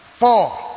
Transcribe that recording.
four